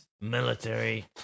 military